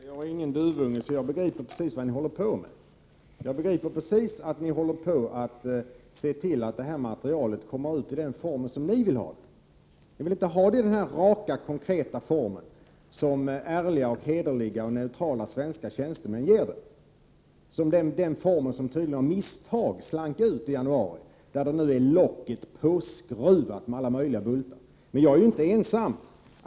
Fru talman! Nej, jag är ingen duvunge, och jag begriper precis vad ni håller på med. Jag förstår att ni är i färd med att se till att det här materialet kommer utiden form som ni vill ge det. Ni vill inte ha det i den raka och konkreta form som ärliga, hederliga och neutrala svenska tjänstemän ger det — den form i vilken det tydligen av misstag slank ut i januari. Nu är locket påskruvat med alla möjliga bultar. Men jag är inte ensam.